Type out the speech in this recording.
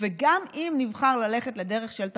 וגם אם נבחר ללכת לדרך של תחרות,